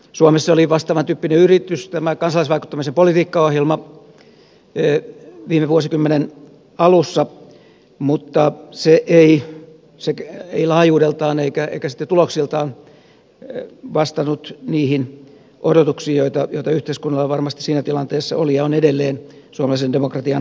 suomessa vastaavantyyppinen yritys oli kansalaisvaikuttamisen politiikkaohjelma viime vuosikymmenen alussa mutta se ei laajuudeltaan eikä sitten tuloksiltaan vastannut niihin odotuksiin joita yhteiskunnalla varmasti siinä tilanteessa oli ja on edelleen suomalaisen demokratian vahvistamiseksi